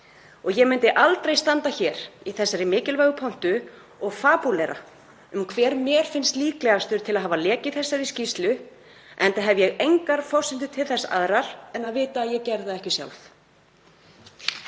og ég myndi aldrei standa hér í þessari mikilvægu pontu og fabúlera um hver mér þyki líklegastur til að hafa lekið þessari skýrslu, enda hef ég engar forsendur til þess aðrar en að vita að ég gerði það ekki sjálf.